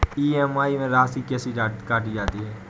EMI में राशि कैसे काटी जाती है?